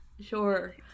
sure